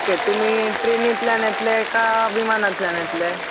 okay तुमी ट्रेनींतल्यान येतले का विमानांतल्यान येतले